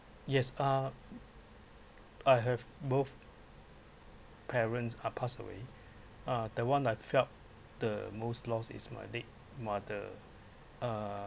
yes uh I have both parents are pass away uh that one I felt the most loss is my late mother uh